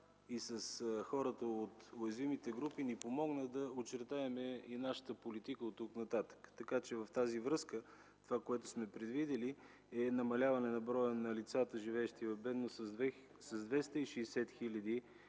с хората от уязвимите групи, за да ни помогнат да очертаем нашата политика оттук-нататък. Така че в тази връзка онова, което сме предвидили, е намаляване броя на лицата, живеещи в бедност, с 260 хиляди